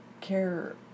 care